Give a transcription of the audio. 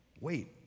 Wait